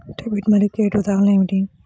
Debit మరియు credit ఉదాహరణలు ఏమిటీ?